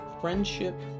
friendship